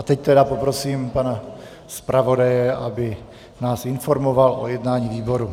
A teď poprosím pana zpravodaje, aby nás informoval o jednání výboru.